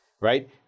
right